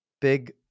big